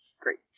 Great